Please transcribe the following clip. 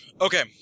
okay